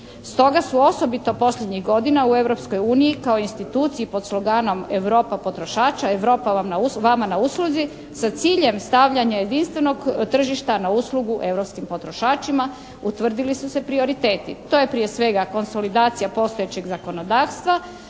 Stoga su osobito posljednjih godina u Europskoj uniji kao instituciji pod sloganom "Europa potrošača. Europa vam na usluzi." sa ciljem stavljanja jedinstvenog tržišta na uslugu europskim potrošačima utvrdili su se prioriteti. To je prije svega konsolidacija postojećeg zakonodavstva,